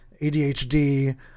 ADHD